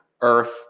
earth